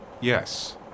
Yes